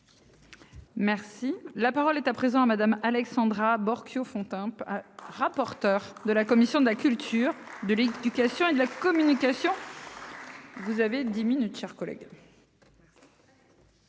Merci la parole est à présent à madame Alexandra Borchio-Fontimp. Rapporteur de la commission de la cuve. De l'éducation et de la communication. Vous avez 10 minutes, chers collègues.